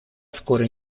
скоро